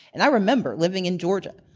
and i remember living in georgia,